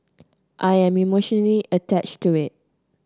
I am emotionally attached to it